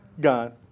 gone